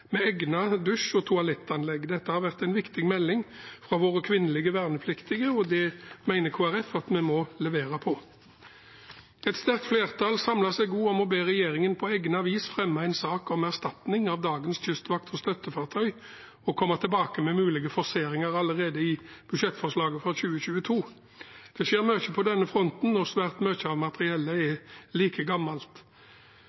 med egnet dusj- og toalettanlegg. Dette har vært en viktig melding fra våre kvinnelige vernepliktige, og det mener Kristelig Folkeparti at vi må levere på. Et stort flertall samler seg også om å be regjeringen på egnet vis fremme en sak om erstatning av dagens kystvakt- og støttefartøy og komme tilbake med mulige forseringer allerede i budsjettforslaget for 2022. Det skjer mye på denne fronten, og svært mye av materiellet er gammelt. Norsk deltakelse i EDF, Det europeiske forsvarsfondet, er